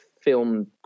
film